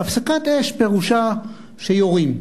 שהפסקת אש פירושה שיורים.